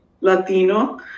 Latino